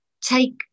take